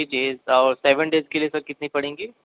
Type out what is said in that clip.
three days और seven days के लिए सर कितनी पड़ेंगी